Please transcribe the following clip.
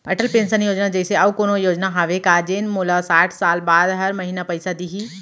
Atal pension Yojana जइसे अऊ कोनो योजना हावे का जेन ले मोला साठ साल बाद हर महीना पइसा दिही?